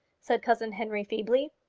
said cousin henry feebly.